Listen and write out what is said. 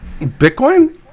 Bitcoin